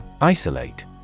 Isolate